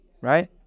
Right